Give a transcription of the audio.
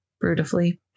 Brutally